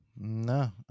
no